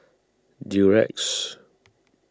Durex